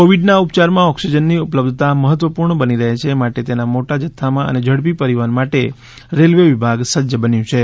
કોવિડના ઉપયારમાં ઓક્સિજનની ઉપલબ્ધતા મહત્વપૂર્ણ બની રહે છે માટે તેના મોટા જથ્થામાં અને ઝડપી પરીવહન માટે રેલ્વે વિભાગ સજ્જ બન્યું છે